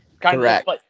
Correct